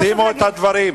שימו את הדברים.